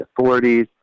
authorities